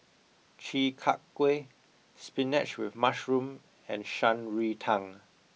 Chi Kak Kuih Spinach with Mushroom and Shan Rui Tang